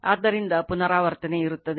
ಆದ್ದರಿಂದ ಪುನರಾವರ್ತನೆ ಇರುತ್ತದೆ